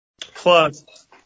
Plus